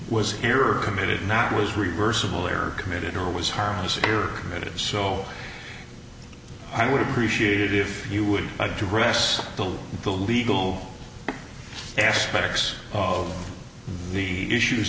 was here are committed not was reversible error committed or was harmless here it is so i would appreciate it if you would address the the legal aspects of the issues